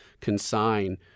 consign